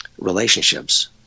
relationships